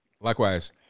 likewise